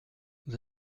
nous